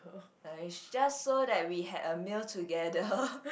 uh it's just so that we had a meal together